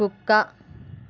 కుక్క